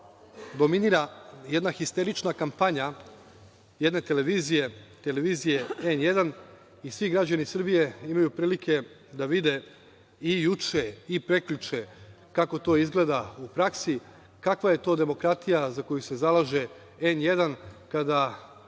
dominira jedna histerična kampanja jedne televizije N1 i svi građani Srbije imaju prilike da vide i juče i prekjuče kako to izgleda u praksi, kakva je to demokratija za koju se zalaže N1 kada